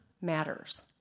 matters